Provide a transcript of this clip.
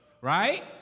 Right